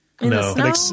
No